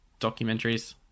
documentaries